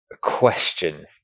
Question